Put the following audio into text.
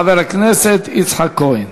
חבר הכנסת יצחק כהן.